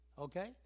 okay